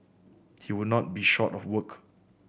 he would not be short of work